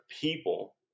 people